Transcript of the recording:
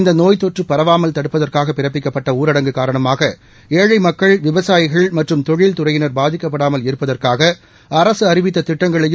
இந்த நோய் தொற்று பரவாமல் தடுப்பதற்காக பிறப்பிக்கப்பட்ட ஊரடங்கு காரணமாக ஏழை மக்கள் விவசாயிகள் மற்றும் தொழில்துறையினா் பாதிக்கப்படாமல் இருப்பதற்காக அரக அறிவித்த திட்டங்களையும்